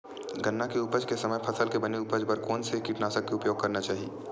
गन्ना के उपज के समय फसल के बने उपज बर कोन से कीटनाशक के उपयोग करना चाहि?